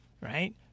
right